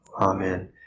Amen